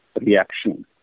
reaction